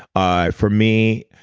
ah for me,